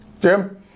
Jim